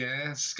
Yes